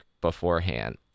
beforehand